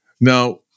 Now